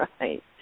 right